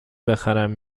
بخرم